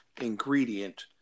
ingredient